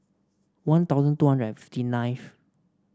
One Thousand two hundred and fifty ninth